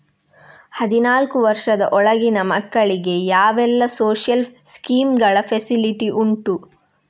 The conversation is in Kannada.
ಹದಿನಾಲ್ಕು ವರ್ಷದ ಒಳಗಿನ ಮಕ್ಕಳಿಗೆ ಯಾವೆಲ್ಲ ಸೋಶಿಯಲ್ ಸ್ಕೀಂಗಳ ಫೆಸಿಲಿಟಿ ಉಂಟು?